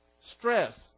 stress